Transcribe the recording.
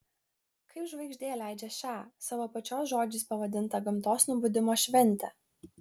kaip žvaigždė leidžią šią savo pačios žodžiais pavadintą gamtos nubudimo šventę